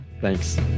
Thanks